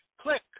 Click